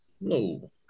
No